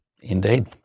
Indeed